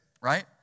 Right